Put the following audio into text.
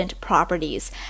properties